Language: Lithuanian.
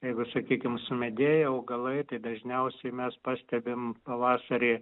jeigu sakykim sumedėję augalai tai dažniausiai mes pastebim pavasarį